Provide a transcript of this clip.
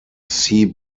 sea